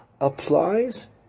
applies